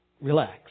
Relax